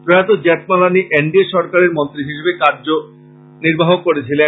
প্রয়াত Jethmalani N D A সরকারের মন্ত্রী হিসেবে কার্য নির্বাহ করেছিলেন